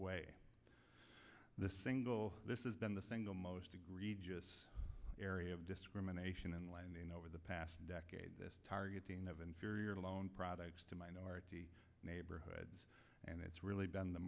way the single this is then the single most egregious area of discrimination in lending over the past decade this targeting of inferior loan products to minority neighborhoods and it's really been the